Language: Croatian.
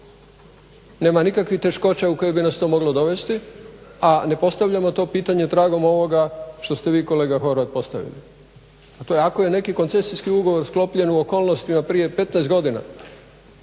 Nema nikakvih teškoća u koje bi nas to moglo dovesti, a ne postavljamo to pitanje tragom ovoga što ste vi kolega Horvat postavili, a to je ako je neki koncesijski ugovor sklopljen u okolnostima prije 15 godina